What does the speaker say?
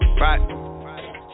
Right